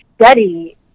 study